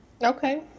Okay